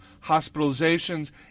hospitalizations